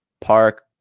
Park